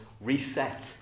reset